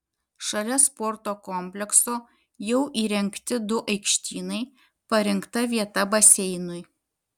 šalia sporto komplekso jau įrengti du aikštynai parinkta vieta baseinui